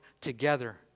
together